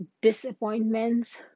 disappointments